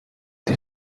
the